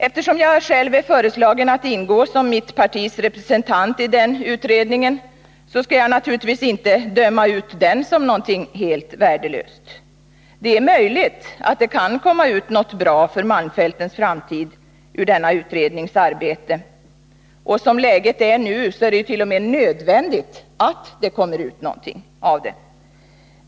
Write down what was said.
Eftersom jag själv är föreslagen att ingå som mitt partis representant i den utredningen, skall jag naturligtvis inte döma ut den som något helt värdelöst. Det är möjligt att det kan komma ut någonting bra för malmfältens framtid ur den utredningens arbete. Som läget är nu är det t.o.m. nödvändigt att det kommer ut någonting av det arbetet.